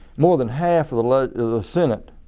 more than half of the like the senate,